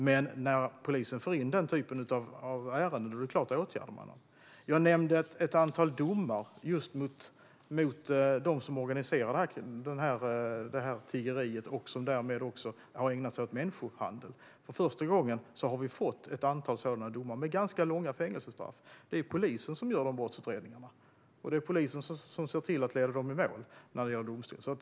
Men när polisen får in den typen av ärenden är det klart att man åtgärdar det. Jag nämnde också ett antal domar mot just dem som organiserar tiggeriet och som därmed har ägnat sig åt människohandel. För första gången har vi fått ett antal sådana domar, med ganska långa fängelsestraff som följd. Det är polisen som gör de brottsutredningarna, och det är polisen som ser till att leda dem i mål när det gäller att de går till domstol.